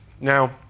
Now